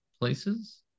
places